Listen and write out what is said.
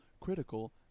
critical